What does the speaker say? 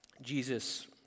Jesus